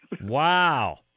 Wow